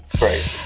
Right